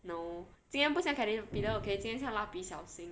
no 今天不像 caterpillar okay 今天像蜡笔小新